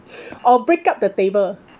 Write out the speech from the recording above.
or break up the table